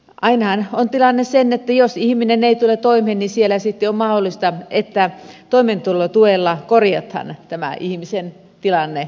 ainahan on tilanne se että jos ihminen ei tule toimeen niin sitten on mahdollista että toimeentulotuella korjataan tämä ihmisen tilanne